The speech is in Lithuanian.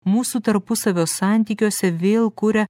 mūsų tarpusavio santykiuose vėl kuria